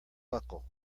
buckle